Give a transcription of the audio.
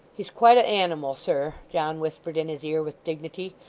he's quite a animal, sir john whispered in his ear with dignity.